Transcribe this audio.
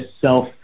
self